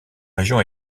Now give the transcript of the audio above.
région